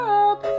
up